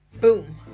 Boom